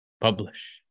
Publish